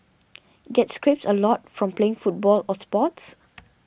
get scrapes a lot from playing football or sports